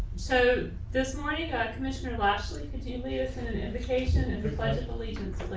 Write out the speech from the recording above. so this morning commissioner lashley de leus in an invocation and the pledge of allegiance.